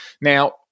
Now